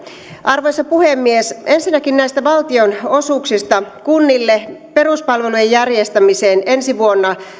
arvoisa puhemies ensinnäkin näistä valtionosuuksista kunnille peruspalvelujen järjestämiseen ensi vuonna